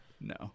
No